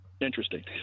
Interesting